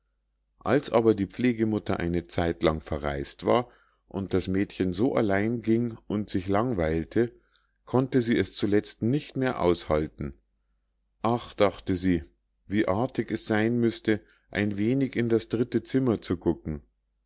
als aber die pflegemutter eine zeitlang verreis't war und das mädchen so allein ging und sich langweilte konnte sie es zuletzt nicht mehr aushalten ach dachte sie wie artig es sein müßte ein wenig in das dritte zimmer zu gucken